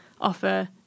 offer